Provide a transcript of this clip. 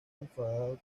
enfadado